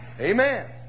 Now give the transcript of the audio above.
Amen